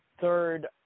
Third